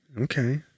Okay